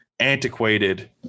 antiquated